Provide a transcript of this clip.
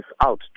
out